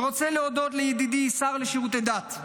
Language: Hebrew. אני רוצה להודות לידידי השר לשירותי דת,